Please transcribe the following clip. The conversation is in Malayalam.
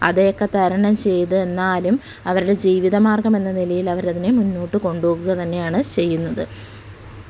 അതൊക്കെ തരണം ചെയ്ത് എന്നാലും അവരുടെ ജീവിത മാർഗ്ഗമെന്ന നിലയിൽ അവർ അതിനെ മുന്നോട്ട് കൊണ്ട് പോകുക തന്നെയാണ് ചെയ്യുന്നത്